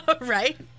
Right